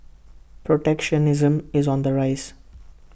protectionism is on the rise